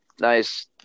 Nice